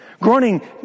Groaning